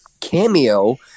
cameo